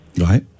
Right